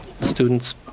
students